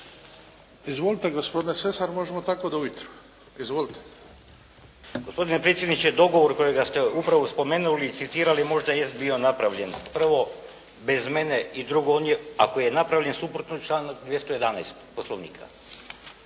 Izvolite gospodine Lesar, možemo tako do ujutro. Izvolite. **Lesar, Dragutin (Nezavisni)** Gospodine predsjedniče dogovor kojega ste upravo spomenuli i citirali možda jest bio napravljen prvo bez mene i drugo, ako je napravljen suprotno članku 211. Poslovnika